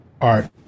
art